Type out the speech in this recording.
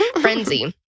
Frenzy